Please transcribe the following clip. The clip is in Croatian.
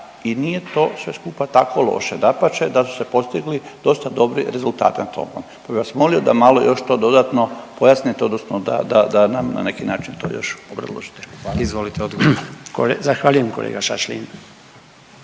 i nije to sve skupa tako loše, dapače da su se postigli dosta dobri rezultati na tome, pa bi vas molimo da malo još to dodatno pojasnite odnosno da, da, da nam na neki način to još obrazložite. **Jandroković, Gordan